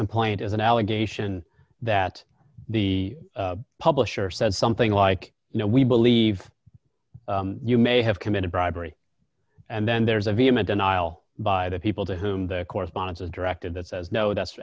complaint is an allegation that the publisher said something like you know we believe you may have committed bribery and then there's a vehement denial by the people to whom the correspondence of directed it says no that's